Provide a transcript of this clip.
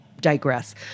digress